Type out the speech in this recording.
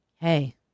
Hey